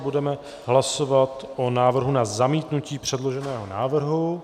Budeme hlasovat o návrhu na zamítnutí předloženého návrhu.